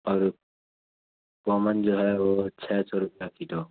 اور کمن جو ہے وہ چھ سو روپیہ کلو